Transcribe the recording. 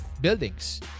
buildings